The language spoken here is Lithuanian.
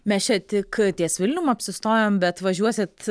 mes čia tik ties vilnium apsistojom bet važiuosit